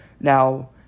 Now